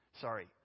Sorry